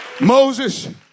Moses